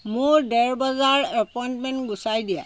মোৰ দেৰ বজাৰ এপইণ্টমেণ্ট গুচাই দিয়া